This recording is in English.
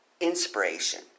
inspiration